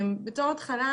בתור התחלה,